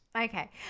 Okay